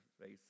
face